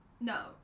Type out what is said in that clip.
no